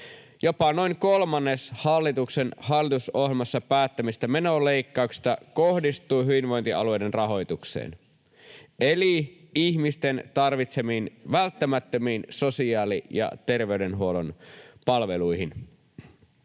Jopa noin kolmannes hallituksen hallitusohjelmassa päättämistä menoleikkauksista kohdistuu hyvinvointialueiden rahoitukseen, eli ihmisten tarvitsemiin välttämättömiin sosiaali- ja terveydenhuollon palveluihin.